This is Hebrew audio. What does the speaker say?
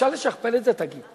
אפשר לשכפל את זה, תגיד?